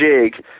jig